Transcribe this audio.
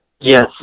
yes